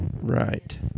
Right